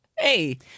Hey